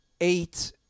eight